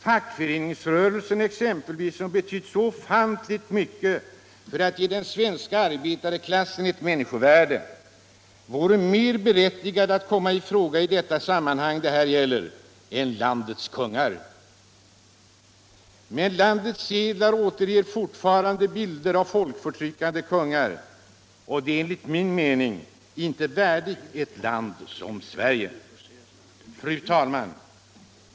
Fackföreningsrörelsen exempelvis, som betytt så ofantligt mycket för att ge den svenska arbetarklassen ett människovärde, vore mer berättigad att komma i fråga i det sammanhang det här gäller än landets kungar. Men landets sedlar återger fortfarande bilder av folkförtryckande kungar. Det är enligt min mening inte värdigt ett land som Sverige. Fru talman!